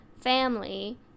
family